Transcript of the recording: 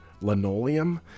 linoleum